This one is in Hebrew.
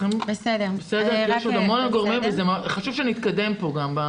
כי יש עוד המון גורמים וחשוב שנתקדם פה.